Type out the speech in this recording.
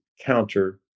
counter